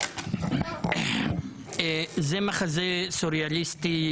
זה מחזה סוריאליסטי,